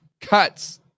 Cuts